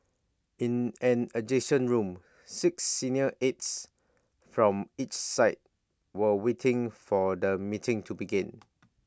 in an adjoining room six senior aides from each side were waiting for the meeting to begin